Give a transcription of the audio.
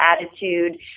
attitude